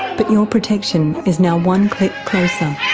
but your protection is now one click closer.